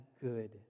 good